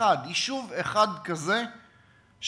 אחד, יישוב אחד כזה שקם.